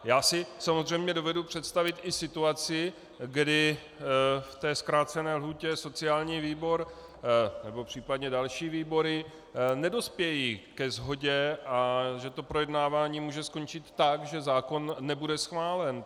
Já si samozřejmě dovedu představit i situaci, kdy ve zkrácené lhůtě sociální výbor, případně další výbory nedospějí ke shodě a projednávání může skončit tak, že zákon nebude schválen.